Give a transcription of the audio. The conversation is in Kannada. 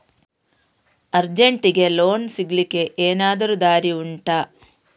ಅರ್ಜೆಂಟ್ಗೆ ಲೋನ್ ಸಿಗ್ಲಿಕ್ಕೆ ಎನಾದರೂ ದಾರಿ ಉಂಟಾ